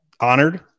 Honored